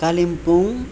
Kalimpong